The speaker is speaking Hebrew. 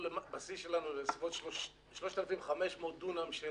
השיא שלנו זה בסביבות 3,500 דונם של